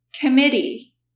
Committee